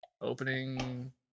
opening